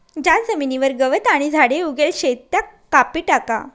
ज्या जमीनवर गवत आणि झाडे उगेल शेत त्या कापी टाका